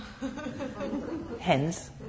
Hens